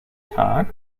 tag